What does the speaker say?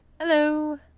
Hello